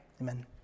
Amen